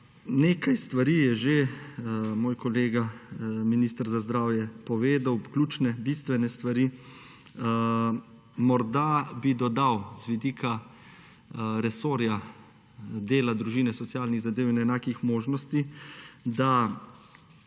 Nekaj stvari je že moj kolega minister za zdravje povedal, ključne, bistvene stvari. Morda bi dodal z vidika resorja dela, družine, socialnih zadev in enakih možnosti, da